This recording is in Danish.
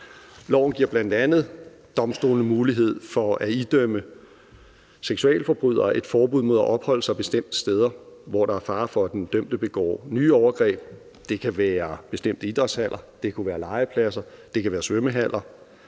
Loven giver bl.a. domstolene mulighed for at idømme seksualforbrydere et forbud mod at opholde sig bestemte steder, hvor der er fare for, at den dømte begår nye overgreb. Det kan være bestemte idrætshaller, det kan være legepladser,